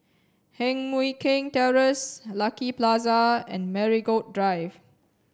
Heng Mui Keng Terrace Lucky Plaza and Marigold Drive